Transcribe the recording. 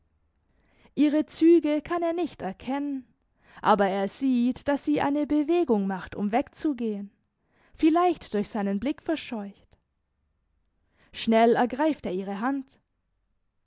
ihre züge kann er nicht erkennen aber er sieht daß sie eine bewegung macht um wegzugehen vielleicht durch seinen blick verscheucht schnell ergreift er ihre hand